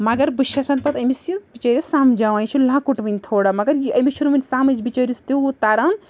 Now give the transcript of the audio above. مگر بہٕ چھَسَن پَتہٕ أمِس یہِ بِچٲرِس سَمجھاوان یہِ چھِ لۄکُٹ وٕنہِ تھوڑا مگر یہِ أمِس چھُنہٕ وٕنہِ سَمجھ بِچٲرِس تیوٗت تَران